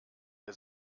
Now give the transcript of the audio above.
der